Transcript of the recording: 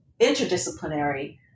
interdisciplinary